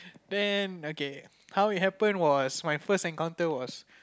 then okay how it happened was my first encounter was